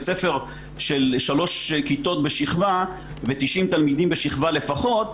הספר של שלוש כיתות בשכבה ו-90 תלמידים בשכבה לפחות,